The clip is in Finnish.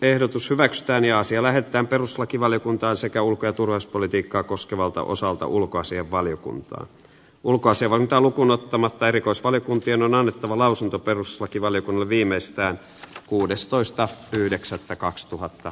puhemiesneuvosto ehdottaa että asia lähetetään perustuslakivaliokuntaan sekäulkaturaspolitiikkaa koskevalta osalta ulkoasianvaliokuntaa ulkoisen valintaa lukuunottamatta erikoisvaliokuntien on annettava lausunto perustuslakivaliokunnalle viimeistään kuudestoista yhdeksättä kaksituhatta